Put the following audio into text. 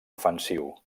ofensiu